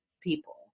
people